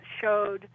showed